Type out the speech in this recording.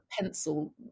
pencil